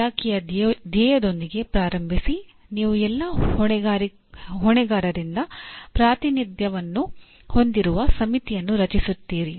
ಇಲಾಖೆಯ ಧ್ಯೇಯದೊಂದಿಗೆ ಪ್ರಾರಂಭಿಸಿ ನೀವು ಎಲ್ಲಾ ಹೊಣೆಗಾರರಿಂದ ಪ್ರಾತಿನಿಧ್ಯವನ್ನು ಹೊಂದಿರುವ ಸಮಿತಿಯನ್ನು ರಚಿಸುತ್ತೀರಿ